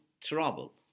trouble